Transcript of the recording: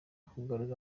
kugaruza